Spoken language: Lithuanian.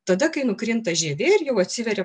tada kai nukrinta žievė ir jau atsiveria